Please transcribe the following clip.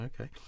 okay